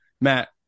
Matt